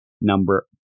number